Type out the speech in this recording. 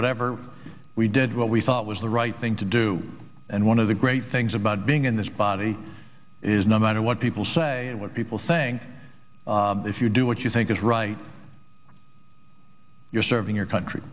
whatever we did what we thought was the right thing to do and one of the great things about being in this body is no matter what people say and what people think if you do what you think is right you're serving your country